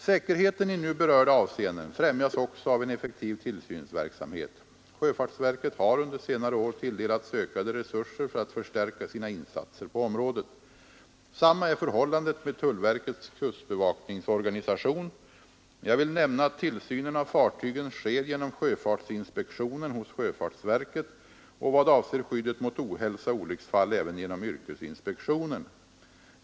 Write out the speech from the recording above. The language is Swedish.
Säkerheten i nu berörda avseenden främjas också av en effektiv tillsynsverksamhet. Sjöfartsverket har under senare år tilldelats ökade resurser för att förstärka sina insatser på området. Samma är förhållandet med tullverkets kustbevakningsorganisation. Jag vill nämna att tillsynen av fartygen sker genom sjöfartsinspektionen hos sjöfartsverket och vad avser skyddet mot ohälsa och olycksfall även genom yrkesinspektionen.